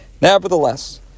Nevertheless